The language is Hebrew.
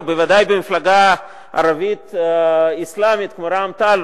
ובוודאי במפלגה ערבית אסלאמית כמו רע"ם-תע"ל,